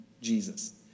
Jesus